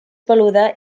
peluda